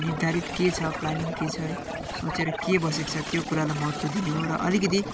निर्धारित के छ प्लानिङ के छ है सोचेर के बसेको छ त्यो कुरालाई महत्त्व दिने हो र अलिकति